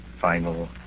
final